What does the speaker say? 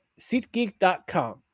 seatgeek.com